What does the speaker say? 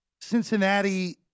Cincinnati